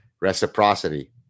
Reciprocity